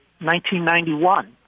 1991